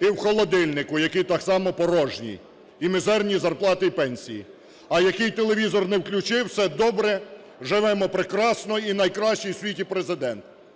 і в холодильнику, який так само порожній, і мізерні зарплати і пенсії. А який телевізор не включи – все добре, живемо прекрасно, і найкращий в світі Президент,